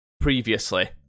previously